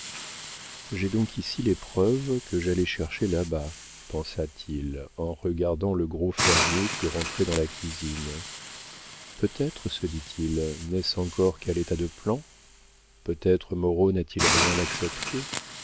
j'ai donc ici les preuves que j'allais chercher là-bas pensa-t-il en regardant le gros fermier qui rentrait dans la cuisine peut-être se dit-il n'est-ce encore qu'à l'état de plan peut-être moreau n'a-t-il rien accepté